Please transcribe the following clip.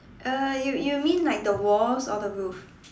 uh you you mean like the walls or the roof